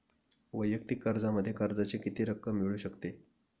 वैयक्तिक कर्जामध्ये कर्जाची किती रक्कम मिळू शकते?